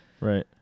Right